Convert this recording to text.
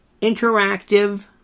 Interactive